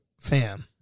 fam